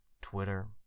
Twitter